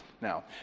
Now